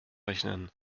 rechnen